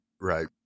Right